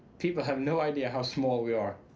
people have no idea how small we are.